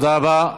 תודה רבה.